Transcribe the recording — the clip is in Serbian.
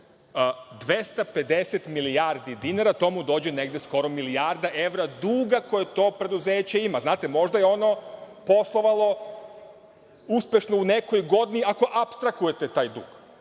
milijardi dinara, to mu dođe negde skoro milijarda evra duga koje to preduzeće ima. Znate, možda je ono poslovalo uspešno u nekoj godini, ako apstrakujete taj dug,